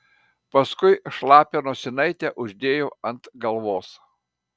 paskui šlapią nosinaitę uždėjau ant galvos